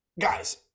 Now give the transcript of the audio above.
guys